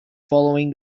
following